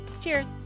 Cheers